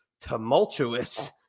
tumultuous